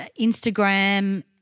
Instagram